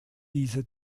diese